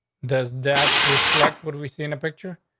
does that reflect what we see in the picture?